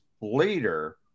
later